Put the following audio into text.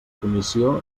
comissió